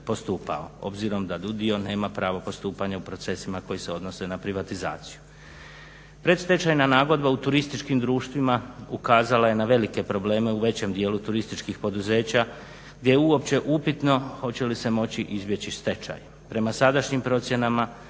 obzirom da … nema pravo postupanja u procesima koji se odnose na privatizaciju. Predstečajna nagodba u turističkim društvima ukazala je na velike probleme u većem dijelu turističkih poduzeća gdje je uopće upitno hoće li se moći izbjeći stečaj.